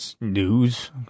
news